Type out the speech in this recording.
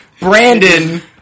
Brandon